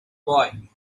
boy